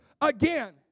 again